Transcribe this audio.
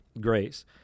grace